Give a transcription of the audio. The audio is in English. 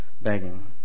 begging